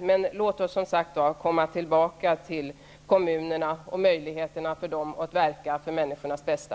Men låt oss som sagt var komma tillbaka till debatten om kommunerna och deras möjligheter att verka för människornas bästa.